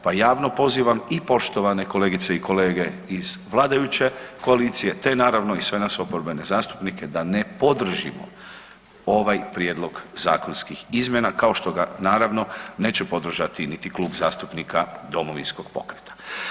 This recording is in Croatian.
Pa javno pozivam i poštovane kolegice i kolege iz vladajuće koalicije te naravno i sve nas oporbene zastupnike da ne podržimo ovaj prijedlog zakonskih izmjena kao što ga naravno neće podržati niti Klub zastupnika Domovinskog pokreta.